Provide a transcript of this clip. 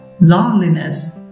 loneliness